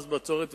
מס בצורת,